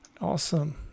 Awesome